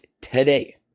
today